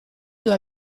due